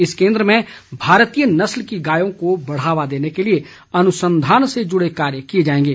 इस केन्द्र में भारतीय नस्ल की गायों को बढ़ावा देने के लिए अनुसंधान से जुड़े कार्य किए जाएंगे